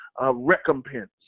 recompense